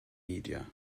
media